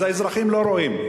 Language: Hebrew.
אז האזרחים לא רואים.